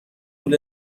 پول